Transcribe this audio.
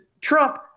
Trump